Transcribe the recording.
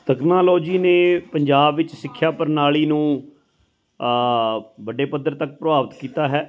technology ਨੇ ਪੰਜਾਬ ਵਿੱਚ ਸਿੱਖਿਆ ਪ੍ਰਣਾਲੀ ਨੂੰ ਵੱਡੇ ਪੱਧਰ ਤੱਕ ਪ੍ਰਭਾਵਿਤ ਕੀਤਾ ਹੈ